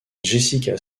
jessica